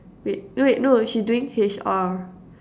wait wait no she's doing H_R